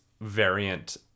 variant